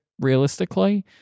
realistically